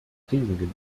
krisengebiet